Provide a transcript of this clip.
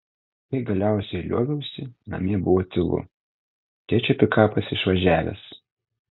kai galiausiai lioviausi namie buvo tylu tėčio pikapas išvažiavęs